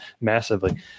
massively